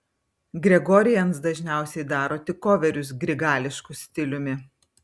gregorians dažniausiai daro tik koverius grigališku stiliumi